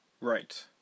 Right